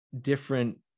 different